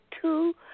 two